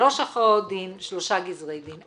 שלוש הכרעות דין, שלושה גזרי דין.